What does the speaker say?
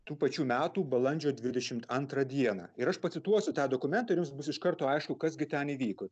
tų pačių metų balandžio dvidešimt antrą dieną ir aš pacituosiu tą dokumentą ir jums bus iš karto aišku kas gi ten įvyko